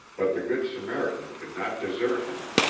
but the good samaritan could not desert him.